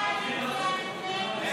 הסתייגות 6 לא נתקבלה.